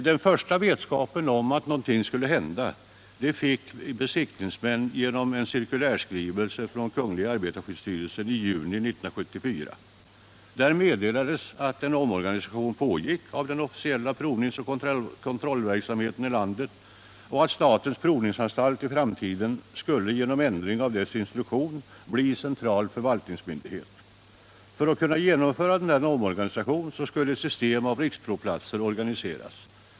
Den första vetskapen om att något skulle hända fick besiktningsmän genom en cirkulärskrivelse från kungl. arbetarskyddsstyrelsen i juni 1974. Där meddelades att en omorganisation pågick av den officiella provningsoch kontrollverksamheten i landet och att statens provningsanstalt i framtiden skulle genom ändring av dess instruktion bli central förvaltningsmyndighet. För att kunna genomföra denna omorganisation skulle ett system med riksprovplatser organiseras.